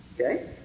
Okay